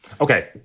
Okay